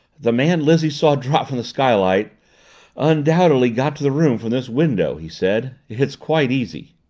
the man lizzie saw drop from the skylight undoubtedly got to the roof from this window, he said. it's quite easy.